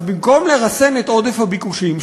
אז במקום לרסן את עודף הביקושים,